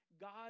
God